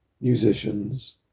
musicians